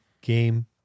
game